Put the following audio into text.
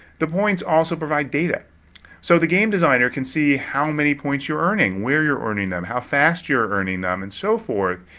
the points also provide data so the game designer can see how many points you're earning. where you're earning them, how fast you're earning them and so forth.